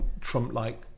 Trump-like